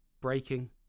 braking